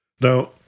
Now